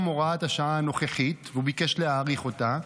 הוראת השעה הנוכחית והוא ביקש להאריך אותה,